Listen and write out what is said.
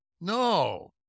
No